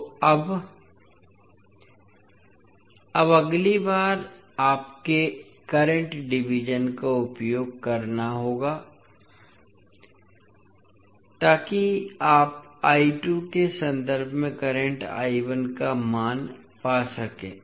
तो अब अब अगली बार आपको करंट डिवीज़न का उपयोग करना होगा ताकि आप के संदर्भ में करंट का मान पा सकें